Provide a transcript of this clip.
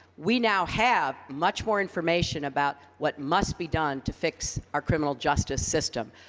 we now have much more information about what must be done to fix our criminal justice system.